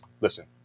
listen